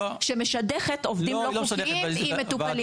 חברה שמשדכת עובדים לא חוקיים עם מטופלים.